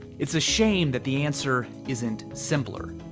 it's a shame that the answer isn't simpler,